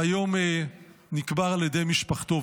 והיום נקבר על ידי משפחתו.